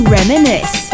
Reminisce